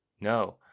no